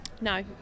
no